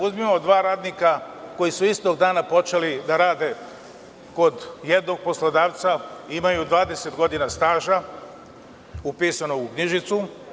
Uzmimo dva radnika koji su istog dana počeli da rade kod jednog poslodavca, imaju 20 godina staža upisanog u knjižicu.